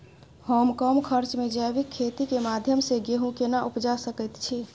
हम कम खर्च में जैविक खेती के माध्यम से गेहूं केना उपजा सकेत छी?